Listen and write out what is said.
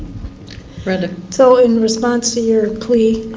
brenda so in response to your plea,